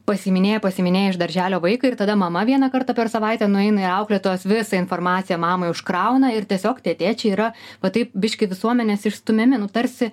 pasiiminėja pasiiminėja iš darželio vaiką ir tada mama vieną kartą per savaitę nueina ir auklėtojos visą informaciją mamai užkrauna ir tiesiog tie tėčiai yra va taip biškį visuomenės išstumiami nu tarsi